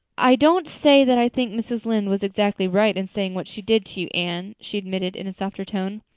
i don't say that i think mrs. lynde was exactly right in saying what she did to you, anne, she admitted in a softer tone.